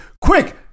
quick